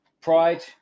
Pride